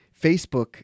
Facebook